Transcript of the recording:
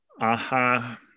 aha